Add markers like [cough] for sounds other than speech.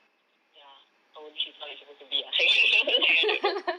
ya oh this is how it's supposed to be ah [laughs] I don't know